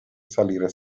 salire